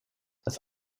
das